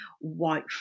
white